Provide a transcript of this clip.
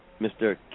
Mr